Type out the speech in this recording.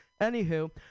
Anywho